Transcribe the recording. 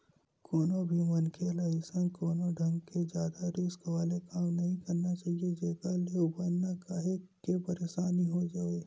कोनो भी मनखे ल अइसन कोनो ढंग के जादा रिस्क वाले काम नइ करना चाही जेखर ले उबरना काहेक के परसानी हो जावय